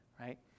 right